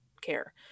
care